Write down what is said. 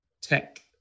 tech